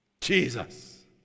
Jesus